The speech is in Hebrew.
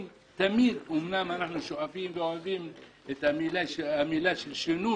אמנם אנחנו שואפים לשינוי ואוהבים את המילה שינוי,